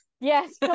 Yes